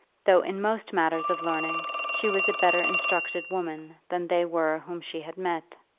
though in most matters of learning she was a better instructed woman than they were whom she had met.